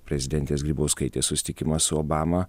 prezidentės grybauskaitės susitikimas su obama